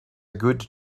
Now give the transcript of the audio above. good